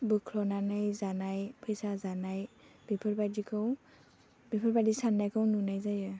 बोख्ल'नानै जानाय फैसा जानाय बेफोरबादिखौ बेफोरबादि साननायखौ नुनाय जायो